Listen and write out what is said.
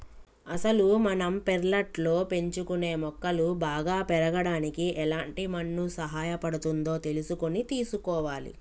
అసలు మనం పెర్లట్లో పెంచుకునే మొక్కలు బాగా పెరగడానికి ఎలాంటి మన్ను సహాయపడుతుందో తెలుసుకొని తీసుకోవాలి